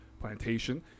plantation